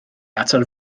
atal